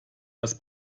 das